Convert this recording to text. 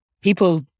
people